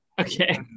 Okay